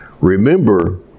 remember